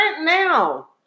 now